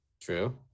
True